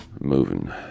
moving